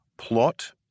Plot